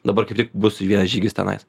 dabar kaip tik bus vienas žygis tenais